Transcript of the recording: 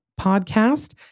podcast